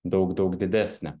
daug daug didesnė